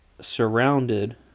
surrounded